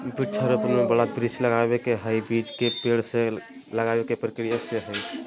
वृक्षा रोपण में बड़ा वृक्ष के लगावे के हई, बीज से पेड़ लगावे के प्रक्रिया से हई